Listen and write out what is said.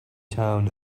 town